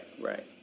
right